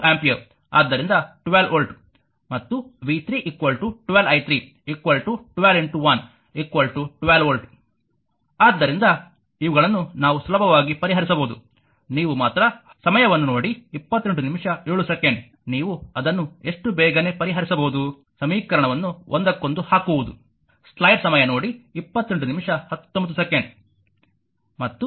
ಮತ್ತು v 3 12 i 312 1 12 volt ಆದ್ದರಿಂದ ಇವುಗಳನ್ನು ನಾವು ಸುಲಭವಾಗಿ ಪರಿಹರಿಸಬಹುದು ನೀವು ಮಾತ್ರ ನೀವು ಅದನ್ನು ಎಷ್ಟು ಬೇಗನೆ ಪರಿಹರಿಸಬಹುದು ಸಮೀಕರಣವನ್ನು ಒಂದಕ್ಕೊಂದು ಹಾಕುವುದು